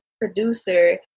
producer